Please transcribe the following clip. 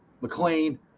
McLean